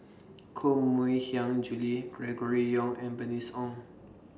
Koh Mui Hiang Julie Gregory Yong and Bernice Ong